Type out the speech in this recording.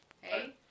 hey